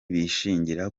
bishingira